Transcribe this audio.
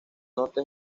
norte